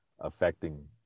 affecting